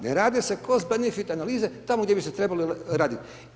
Ne rade se cost benefit analize tamo gdje bi se trebale raditi.